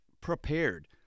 prepared